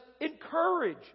encourage